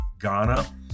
Ghana